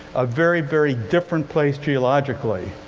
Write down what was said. a very very different place, geologically.